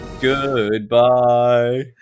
Goodbye